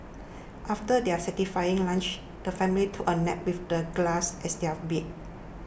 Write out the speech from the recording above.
after their satisfying lunch the family took a nap with the grass as their bed